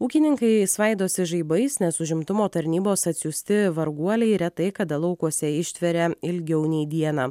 ūkininkai svaidosi žaibais nes užimtumo tarnybos atsiųsti varguoliai retai kada laukuose ištveria ilgiau nei dieną